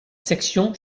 section